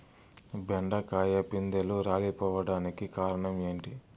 బెండకాయ పిందెలు రాలిపోవడానికి కారణం ఏంటి?